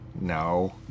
No